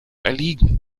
erliegen